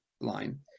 line